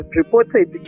reported